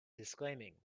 disclaiming